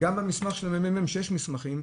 גם במסמך של הממ"מ, יש מסמכים,